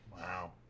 Wow